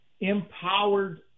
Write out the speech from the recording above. empowered